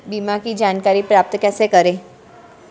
बीमा की जानकारी प्राप्त कैसे करें?